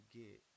get